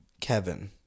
Kevin